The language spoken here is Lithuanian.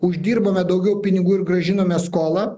uždirbome daugiau pinigų ir grąžinome skolą